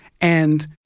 And-